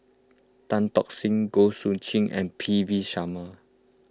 Tan Tock Seng Goh Soo Khim and P V Sharma